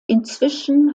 inzwischen